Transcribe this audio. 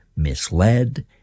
misled